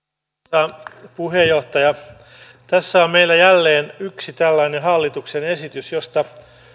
arvoisa puheenjohtaja tässä on meillä jälleen yksi tällainen hallituksen esitys josta